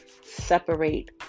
separate